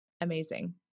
amazing